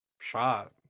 shot